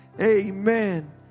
Amen